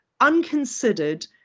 unconsidered